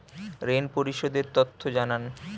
ঋন পরিশোধ এর তথ্য জানান